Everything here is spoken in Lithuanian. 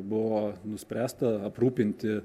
buvo nuspręsta aprūpinti